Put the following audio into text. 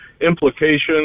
Implications